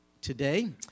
today